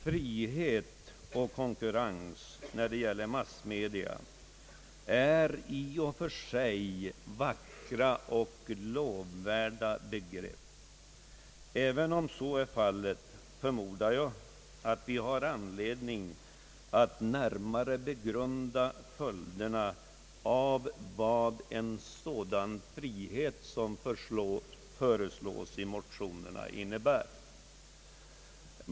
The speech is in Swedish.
Frihet och konkurrens när det gäller massmedia är i och för sig vackra och lovvärda begrepp. även om så är fallet förmodar jag att vi har anledning närmare begrunda följderna av vad den 1 motionerna föreslagna friheten innebär.